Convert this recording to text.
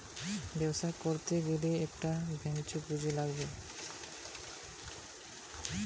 ব্যবসা করতে গ্যালে একটা ভেঞ্চার পুঁজি লাগছে